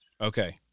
Okay